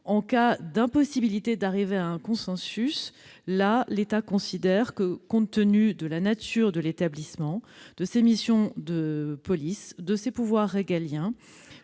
En cas d'impossibilité d'atteindre un consensus, nous considérons que, compte tenu de la nature de l'établissement, de ses missions de police, de ses pouvoirs régaliens